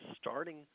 starting